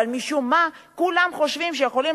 אבל משום מה כולם חושבים שהם יכולים